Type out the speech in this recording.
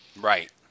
Right